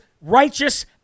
righteous